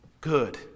Good